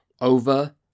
over